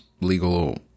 legal